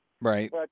Right